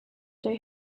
they